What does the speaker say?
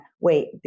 wait